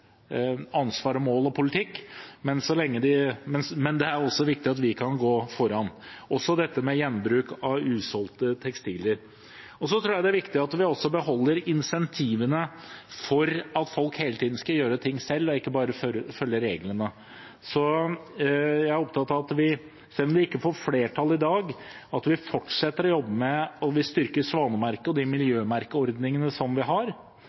er også viktig at vi kan gå foran. Det andre er dette med gjenbruk av usolgte tekstiler. Så tror jeg det er viktig at vi også beholder insentivene for at folk hele tiden skal gjøre ting selv og ikke bare følge reglene. Så jeg er opptatt av at vi, selv om vi ikke får flertall i dag, fortsetter å jobbe med å styrke Svanemerket og de miljømerkeordningene som vi har.